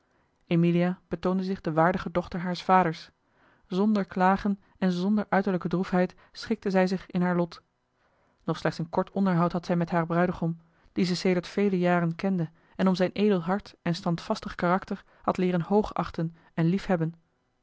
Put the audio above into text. emilia betoonde zich de waardige dochter haars vaders zonder klagen en zonder uiterlijke droefheid schikte zij zich in haar lot nog slechts een kort onderhoud had zij met haren bruidegom dien ze sedert vele jaren kende en om zijn edel hart en standvastig karakter had leeren hoogachten en liefhebben